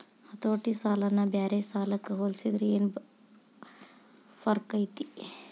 ಹತೋಟಿ ಸಾಲನ ಬ್ಯಾರೆ ಸಾಲಕ್ಕ ಹೊಲ್ಸಿದ್ರ ಯೆನ್ ಫರ್ಕೈತಿ?